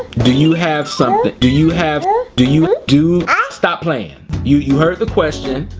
do you have something? do you have ah do you and do ah stop playing you you heard the question?